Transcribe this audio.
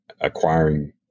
acquiring